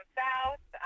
south